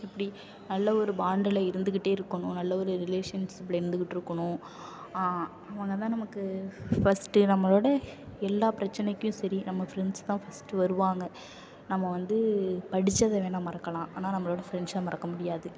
எப்படி நல்ல ஒரு பாண்டில் இருந்துக்கிட்டே இருக்கணும் நல்ல ஒரு ரிலேஷன்ஷிப்ல இருந்துக்கிட்டு இருக்கணும் அவங்க தான் நமக்கு ஃபஸ்ட் நம்மளோட எல்லா பிரச்சனைக்குமே சரி நம்ம ஃப்ரெண்ட்ஸ் தான் ஃபஸ்ட் வருவாங்க நம்ம வந்து படிச்சதை வேணா மறக்கலாம் ஆனால் நம்மளோட ஃப்ரெண்ட்ஸை மறக்க முடியாது